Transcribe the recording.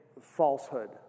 falsehood